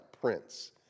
Prince